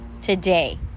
today